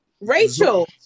Rachel